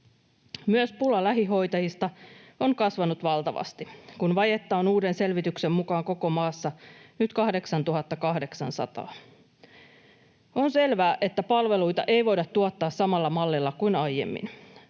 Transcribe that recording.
Myös pula lähihoitajista on kasvanut valtavasti, kun vajetta on uuden selvityksen mukaan koko maassa nyt 8 800. On selvää, että palveluita ei voida tuottaa samalla mallilla kuin aiemmin.